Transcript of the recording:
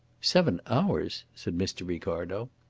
seven hours! said mr. ricardo.